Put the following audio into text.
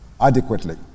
adequately